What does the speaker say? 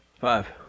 Five